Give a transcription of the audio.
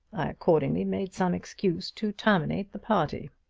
i accordingly made some excuse to terminate the party.